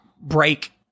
break